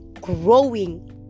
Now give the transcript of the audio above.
growing